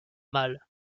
mâles